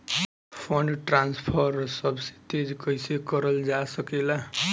Fund transfer सबसे तेज कइसे करल जा सकेला?